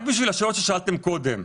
רק בהמשך לשאלות ששאלתם קודם.